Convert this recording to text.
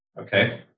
okay